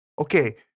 okay